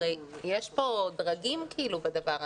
הרי יש פה דרגים בדבר הזה.